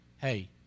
hey